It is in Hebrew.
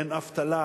אין אבטלה,